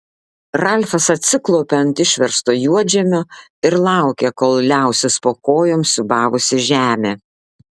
ralfas atsiklaupė ant išversto juodžemio ir laukė kol liausis po kojom siūbavusi žemė